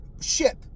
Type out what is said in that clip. ship